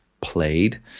played